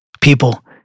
People